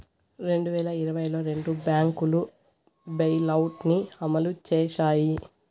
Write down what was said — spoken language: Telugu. రెండు వేల ఇరవైలో రెండు బ్యాంకులు బెయిలౌట్ ని అమలు చేశాయి